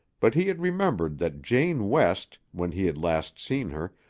but he had remembered that jane west, when he had last seen her,